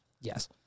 Yes